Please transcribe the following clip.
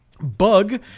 bug